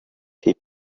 hit